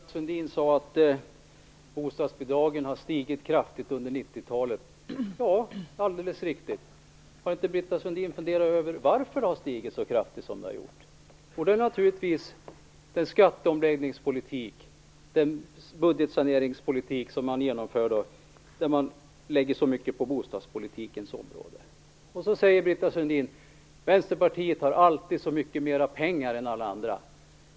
Fru talman! Britta Sundin sade att bostadsbidragen har stigit kraftigt under 90-talet. Det är alldeles riktigt. Har inte Britta Sundin funderat över varför de har stigit så kraftigt? Skälet är naturligtvis den skatteomläggningspolitik och den budgetsaneringspolitik som man genomför och där man lägger så mycket på bostadspolitikens område. Så säger Britta Sundin: Vänsterpartiet har alltid så mycket mer pengar än andra.